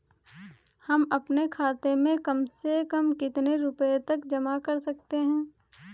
हम अपने खाते में कम से कम कितने रुपये तक जमा कर सकते हैं?